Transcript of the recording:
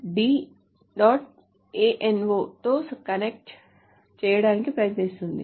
ano తో connect చేయడానికి ప్రయత్నిస్తుంది